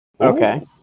Okay